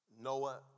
Noah